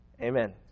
Amen